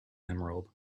emerald